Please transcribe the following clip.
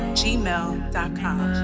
gmail.com